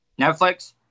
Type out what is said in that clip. Netflix